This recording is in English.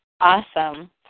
Awesome